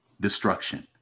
destruction